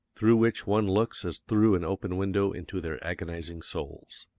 through which one looks as through an open window into their agonizing souls.